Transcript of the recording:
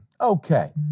Okay